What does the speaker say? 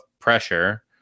pressure